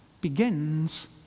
begins